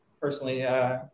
personally –